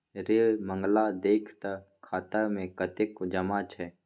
रे मंगला देख तँ खाता मे कतेक जमा छै